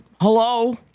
hello